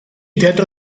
teatro